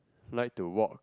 like to walk